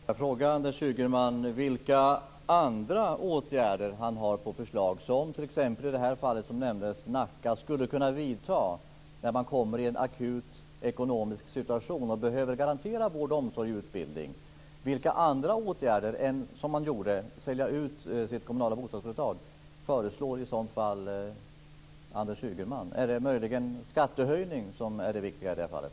Fru talman! Får jag fråga Anders Ygeman vilka andra åtgärder han har på förslag som en kommun som Nacka skulle kunna vidta när man kommer i en akut ekonomisk situation och behöver garantera vård, omsorg och utbildning? Vilka andra åtgärder än att sälja ut sitt kommunala bostadsföretag föreslår i så fall Anders Ygeman? Är det möjligen skattehöjning som är det viktiga i det fallet?